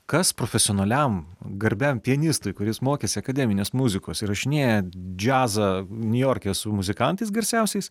kas profesionaliam garbiam pianistui kuris mokėsi akademinės muzikos įrašinėja džiazą niujorke su muzikantais garsiausiais